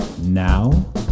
now